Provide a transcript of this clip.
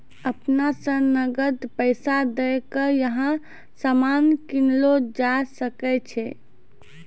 अपना स नकद पैसा दै क यहां सामान कीनलो जा सकय छै